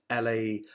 LA